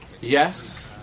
Yes